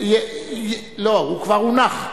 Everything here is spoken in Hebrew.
הוא כבר הונח.